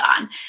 on